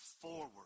forward